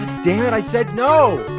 dammit, i said no!